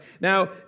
Now